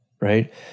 right